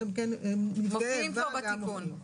אתם מופיעים כבר בתיקון.